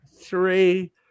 Three